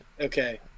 Okay